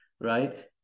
right